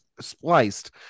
spliced